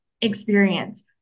experience